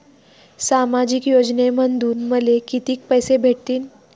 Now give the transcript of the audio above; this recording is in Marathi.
सामाजिक योजनेमंधून मले कितीक पैसे भेटतीनं?